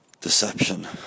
deception